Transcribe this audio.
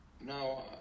no